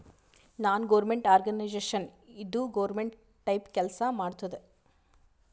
ನಾನ್ government organisation ಇದು government type ಕೆಲ್ಸಾ ಮಾಡತ್ತುದ್